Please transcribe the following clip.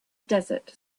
desert